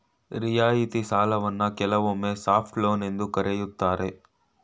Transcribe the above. ರಿಯಾಯಿತಿ ಸಾಲವನ್ನ ಕೆಲವೊಮ್ಮೆ ಸಾಫ್ಟ್ ಲೋನ್ ಎಂದು ಕರೆಯುತ್ತಾರೆ